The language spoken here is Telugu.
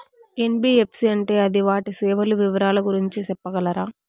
ఎన్.బి.ఎఫ్.సి అంటే అది వాటి సేవలు వివరాలు గురించి సెప్పగలరా?